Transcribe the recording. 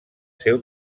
seu